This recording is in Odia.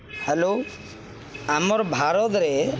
ହ୍ୟାଲୋ ଆମର୍ ଭାରତ୍ରେ